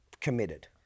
committed